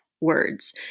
words